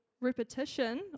Repetition